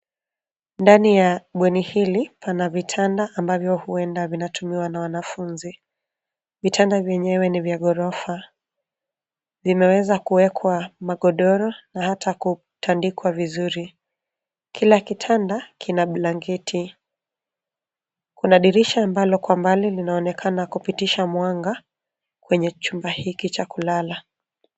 Ndani ya bweni hili pana vitanda ambavyo huenda zinatumiwa na wanafunzi. Vitanda vyenyewe ni vya ghorofa. Vinaweza kuekwa magodoro na hata kutandikwa vizuri. Kila kitanda kina blanketi. Kuna dirisha ambalo kwa mbali linaonekana kupitisha mwanga kwenye chumba hiki cha kulala.